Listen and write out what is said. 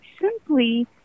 simply